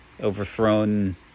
overthrown